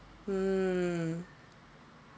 hmm